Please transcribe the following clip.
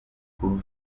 kuba